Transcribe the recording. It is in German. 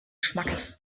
schmackes